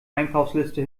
einkaufsliste